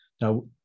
Now